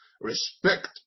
Respect